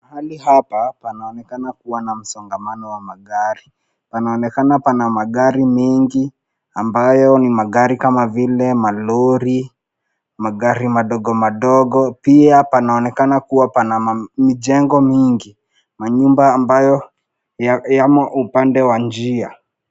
mahali hapa, panaonekana kuwa na msongamano wa magari. Panaonekana pana magari mengi ambayo ni magari kama vile malori, magari madogo madogo. Pia panaonekana kuwa pana majengo mingi, manyumba ambayo yamo upande wa njia.